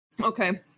Okay